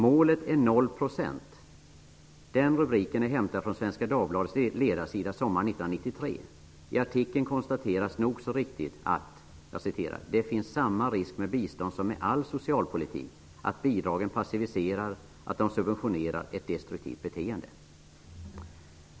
''Målet är noll procent''. Den rubriken är hämtad från Svenska Dagbladets ledarsida sommaren 1993. I artikeln konstateras nog så riktigt att ''Det finns samma risk med bistånd som med all socialpolitik -- att bidragen passiviserar -- att de subventionerar ett destruktivt beteende''.